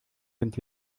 sind